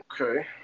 Okay